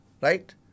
right